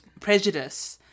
Prejudice